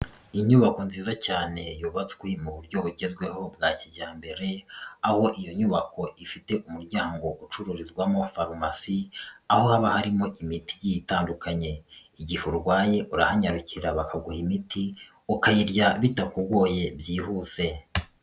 Inyubako nziza cyane yubatswe mu buryo bugezweho bwa kijyambere, aho iyo nyubako ifite umuryango ucururizwamo farumasi, aho haba harimo imiti igiye itandukanye, igihe urwaye urahanyarukira bakaguha imiti ukayirya bitakugoye byihuse.